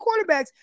quarterbacks